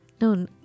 No